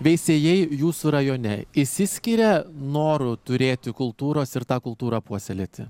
veisiejai jūsų rajone išsiskiria noru turėti kultūros ir tą kultūrą puoselėti